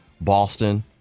Boston